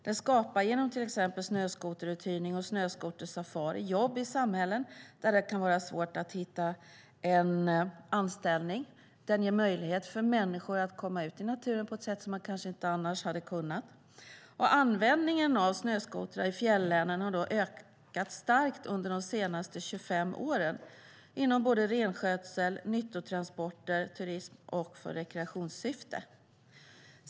Den skapar genom till exempel snöskoteruthyrning och snöskotersafarier jobb i samhällen där det kan vara svårt att hitta en anställning. Den ger möjlighet för människor att komma ut i naturen på ett sätt som de kanske inte annars hade kunnat. Användningen av snöskotrar i fjällänen har ökat starkt under de senaste 25 åren inom renskötsel, nyttotransporter och turism och i rekreationssyfte.